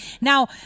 Now